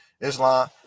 Islam